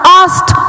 asked